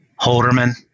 Holderman